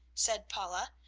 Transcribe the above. said paula,